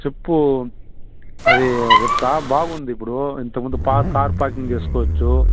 చెప్పు అది రిబ్కా బాగుంది ఇప్పుడు ఇంతక ముందు పా కారు పార్కింగ్ చేసుకోవచ్చు